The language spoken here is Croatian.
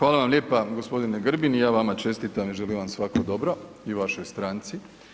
Hvala vam lijepa gospodine Grbin i ja vama čestitam i želim vam svako dobro i vašoj stranci.